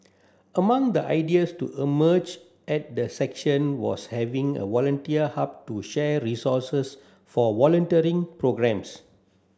among the ideas to emerge at the section was having a volunteer hub to share resources for volunteering programmes